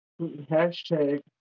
Hashtag